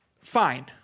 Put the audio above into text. Fine